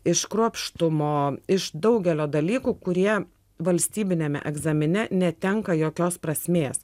iš kruopštumo iš daugelio dalykų kurie valstybiniame egzamine netenka jokios prasmės